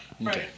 Right